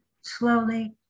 slowly